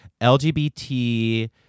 LGBT